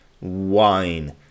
wine